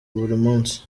munsi